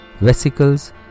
vesicles